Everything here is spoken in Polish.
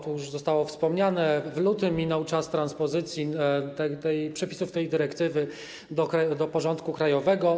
To już zostało wspomniane: w lutym minął czas transpozycji przepisów tej dyrektywy do porządku krajowego.